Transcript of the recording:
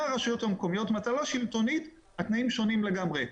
הרשויות המקומיות התנאים שונים לגמרי.